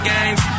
Games